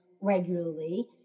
regularly